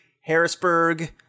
Harrisburg